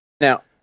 now